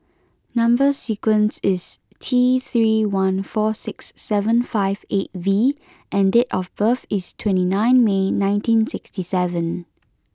number sequence is T three one four six seven five eight V and date of birth is twenty nine May nineteen sixty seven